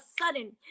sudden